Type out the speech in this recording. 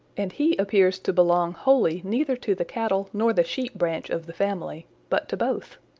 and he appears to belong wholly neither to the cattle nor the sheep branch of the family, but to both.